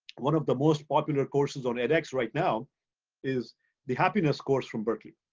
one of the most popular courses on edx right now is the happiness course from berkeley.